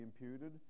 imputed